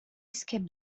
escape